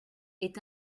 est